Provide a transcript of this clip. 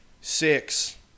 six